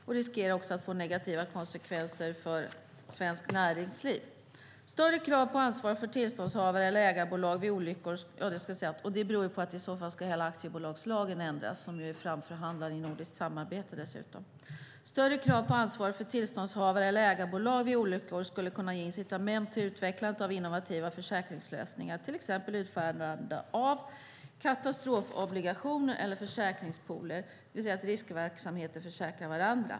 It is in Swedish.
Den riskerar också att få negativa konsekvenser för svenskt näringsliv. Det beror på att hela aktiebolagslagen i så fall ska ändras, och den är framförhandlad i nordiskt samarbete. Större krav på ansvar för tillståndshavare eller ägarbolag vid olyckor skulle kunna ge incitament till utvecklandet av innovativa försäkringslösningar, till exempel utfärdande av katastrofobligationer eller försäkringspooler, det vill säga att riskverksamheter försäkrar varandra.